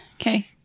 Okay